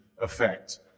effect